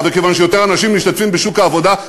וכיוון שיותר אנשים משתתפים בשוק העבודה.